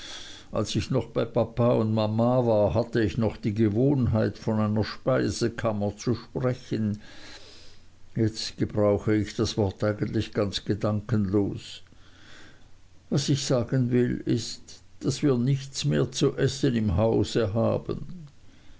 als ich noch bei papa und mama war hatte ich noch die gewohnheit von einer speisekammer zu sprechen jetzt gebrauche ich das wort eigentlich ganz gedankenlos was ich sagen will ist daß wir nichts mehr zu essen im hause haben